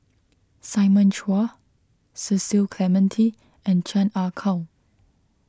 Simon Chua Cecil Clementi and Chan Ah Kow